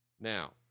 Now